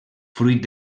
fruit